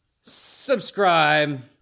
subscribe